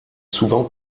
souvent